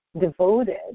devoted